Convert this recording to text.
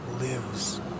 lives